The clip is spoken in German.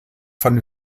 von